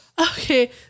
Okay